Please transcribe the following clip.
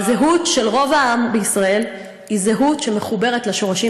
והזהות של רוב העם בישראל היא זהות שמחוברת לשורשים